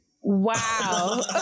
Wow